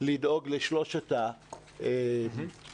לדאוג לשלושת התוכניות.